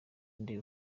inde